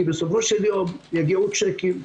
כי בסופו של יום יגיעו צ'קים,